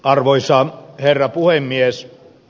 arvoisa herra puhemies